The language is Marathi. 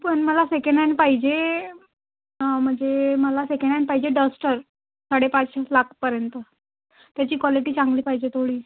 पण मला सेकंड हॅन्ड पाहिजे म्हणजे मला सेकंड हॅन्ड पाहिजे डस्टर साडेपाच एक लाखपर्यंत त्याची क्वालिटी चांगली पाहिजे थोडी